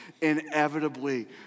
inevitably